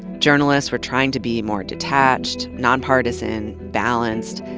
journalists were trying to be more detached, non-partisan, balanced,